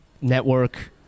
network